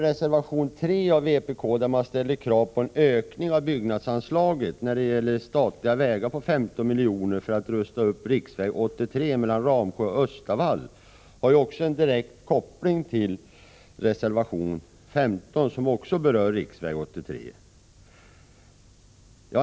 Reservation 3 av vpk, där man ställer krav på en ökning av anslaget Byggande av statliga vägar med 15 miljoner för att rusta upp riksväg 83 mellan Ramsjö och Östavall, har en direkt koppling till reservation 15, som också berör riksväg 83.